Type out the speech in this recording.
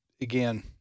again